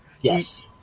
Yes